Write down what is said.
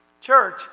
Church